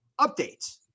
updates